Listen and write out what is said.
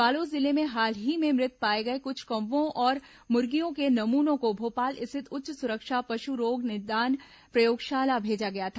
बालोद जिले में हाल ही में मृत पाए गए कुछ कौवों और मुर्गियों के नमूनों को भोपाल स्थित उच्च सुरक्षा पशु रोग निदान प्रयोगशाला भेजा गया था